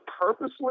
purposely